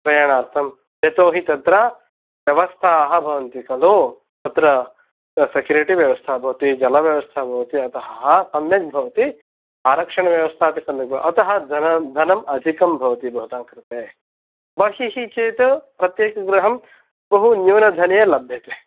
क्रयणार्थं यतो हि तत्र व्यवस्थाः भवन्ति खलु तत्र सेक्युरिटि व्यवस्था भवति जलव्यवस्था भवति अतः सम्यक् भवति आरक्षणव्यवस्था अपि सम्यक् भवति अतः धन धनम् अधिकं भवति भवतां कृते बहिः चेत् प्रत्येकगृहं बहु न्यूनधनेन लभ्यते